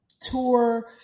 tour